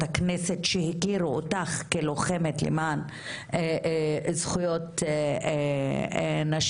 הכנסת שהכירו אותך כלוחמת למען זכויות נשים,